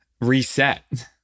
reset